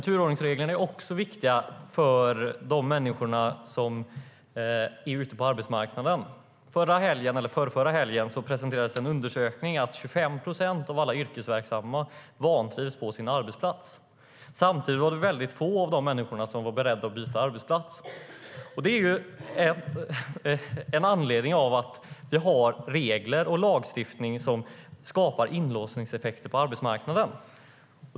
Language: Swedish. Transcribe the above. Turordningsreglerna är också viktiga för människorna ute på arbetsmarknaden. Förrförra helgen presenterades en undersökning där det framgick att 25 procent av alla yrkesverksamma vantrivs på sin arbetsplats. Samtidigt är det få av dessa människor som är beredda att byta arbetsplats. Det beror på de regler och den lagstiftning som skapar inlåsningseffekter på arbetsmarknaden.